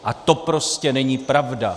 A to prostě není pravda.